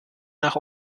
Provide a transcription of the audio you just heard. nach